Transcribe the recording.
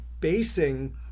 basing